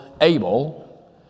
Abel